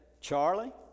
Charlie